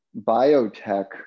biotech